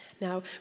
Now